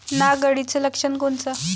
नाग अळीचं लक्षण कोनचं?